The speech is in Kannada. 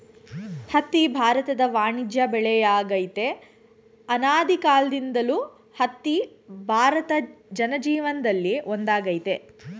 ಹತ್ತಿ ಭಾರತದ ವಾಣಿಜ್ಯ ಬೆಳೆಯಾಗಯ್ತೆ ಅನಾದಿಕಾಲ್ದಿಂದಲೂ ಹತ್ತಿ ಭಾರತ ಜನಜೀವನ್ದಲ್ಲಿ ಒಂದಾಗೈತೆ